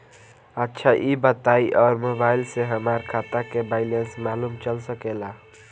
अच्छा ई बताईं और मोबाइल से हमार खाता के बइलेंस मालूम चल सकेला?